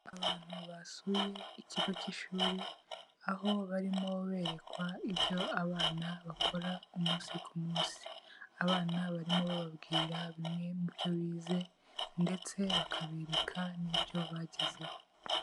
Abantu basuye ikigo k'ishuri, aho barimo berekwa ibyo abana bakora umunsi ku munsi. Abana barimo bababwira bimwe mu byo bize ndetse bakabereka n'ibyo bagezeho.